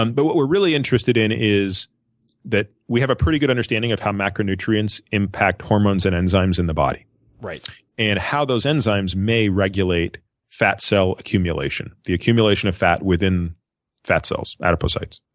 and but what we're really interested in is that we have a pretty good understanding of how macro nutrients impact hormones and enzymes in the body and how those enzymes may regulate fat cell accumulation the accumulation of fat within fat cells, adipose sites.